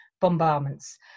bombardments